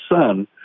son